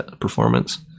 performance